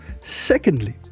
Secondly